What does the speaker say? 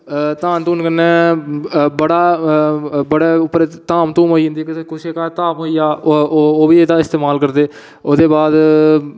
धान कन्नै बड़ा बड़े उप्पर धाम धूम होई जंदी कुसै जेह्दे घर धाम होई जा ओह्बी एह्दा इस्तेमाल करदे ओह्दे बाद